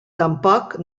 tampoc